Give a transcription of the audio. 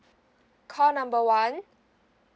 call number one